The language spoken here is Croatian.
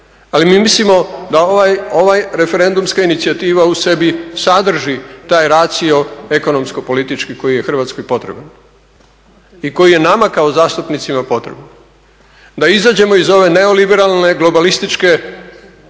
ali mi mislimo da ovaj referendumska inicijativa sadrži taj ratio ekonomsko-politički koji je Hrvatskoj potreban i koji je nama kao zastupnicima potreban, da izađemo iz ove neoliberalne globalističke,